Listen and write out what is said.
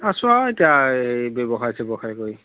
আছোঁ আৰু এতিয়া এই ব্যৱসায় চ্যৱসায় কৰি